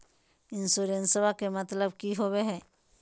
इंसोरेंसेबा के मतलब की होवे है?